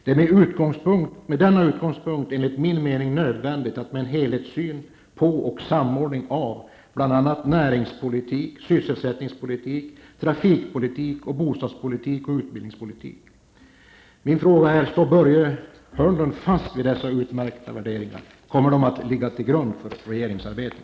Det är med den utgångspunkten, enligt Börje Hörnlunds mening, nödvändigt med en helhetssyn på och samordning av bl.a. näringspolitik, sysselsättningspolitik, trafikpolitik, bostadspolitik och utbildningspolitik. Står Börje Hörnlund fast vid dessa utmärkta värderingar? Kommer de att ligga till grund för regeringsarbetet?